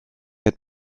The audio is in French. ball